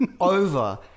Over